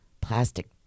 plastic